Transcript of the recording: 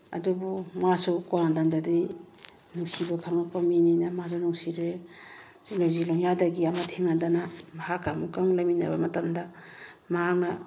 ꯑꯗꯨꯕꯨ ꯃꯥꯁꯨ ꯀꯣꯟꯅꯊꯪꯗꯗꯤ ꯅꯨꯡꯁꯤꯕ ꯈꯪꯉꯛꯄ ꯃꯤꯅꯤꯅ ꯃꯥꯁꯨ ꯅꯨꯡꯁꯤꯔꯦ ꯂꯣꯏꯖꯤꯡ ꯂꯣꯌꯥꯗꯒꯤ ꯑꯃ ꯊꯦꯡꯅꯗꯅ ꯃꯍꯥꯛꯀ ꯑꯃꯨꯛꯀ ꯑꯃꯨꯛ ꯂꯩꯃꯤꯟꯅꯕ ꯃꯇꯝꯗ ꯃꯍꯥꯛꯅ